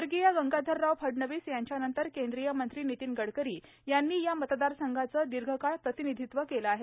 स्वर्गीय गंगाधरराव फडणवीस यांच्यानंतर केंद्रीय मंत्री नितीन गडकरी यांनी या मतदार संघाचे दीर्घकाळ प्रतिनिधित्व केले आहे